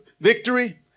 victory